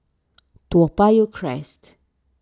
Toa Payoh Crest